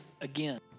again